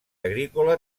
agrícola